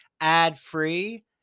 ad-free